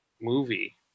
movie